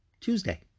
Tuesday